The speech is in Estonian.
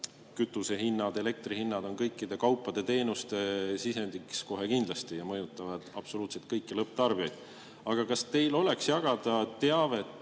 kütuse hinnad ja elektri hinnad on kõikide kaupade-teenuste sisendiks kohe kindlasti ja mõjutavad absoluutselt kõiki lõpptarbijaid. Aga kas teil oleks jagada teavet,